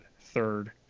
third